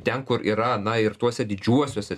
ten kur yra na ir tuose didžiuosiuose